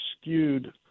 skewed